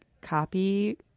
copy